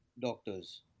doctors